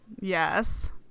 yes